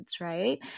right